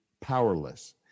powerless